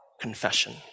confession